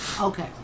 Okay